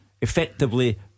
effectively